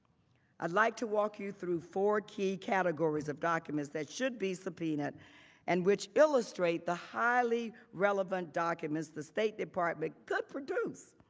i would like to walk you through four key categories of documents that should be subpoenaed and which illustrate the highly relevant documents the state department could produce.